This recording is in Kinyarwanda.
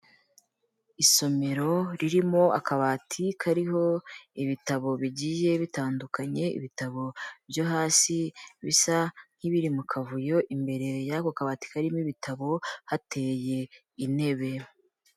Isomero ririmo akabati kariho ibitabo bigiye bitandukanye, ibitabo byo hasi bisa nk'ibiri mu kavuyo, imbere y'ako kabati karimo ibitabo hateye intebe.